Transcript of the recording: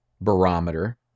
barometer